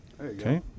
Okay